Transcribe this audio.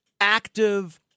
Active